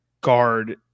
guard